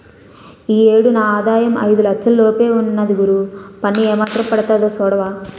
ఈ ఏడు నా ఆదాయం ఐదు లచ్చల లోపే ఉంది గురూ పన్ను ఏమాత్రం పడతాదో సూడవా